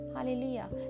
Hallelujah